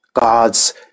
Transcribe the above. God's